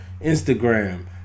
Instagram